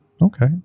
Okay